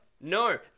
no